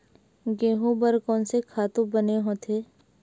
गेहूं बर कोन से खातु बने होथे?